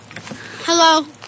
Hello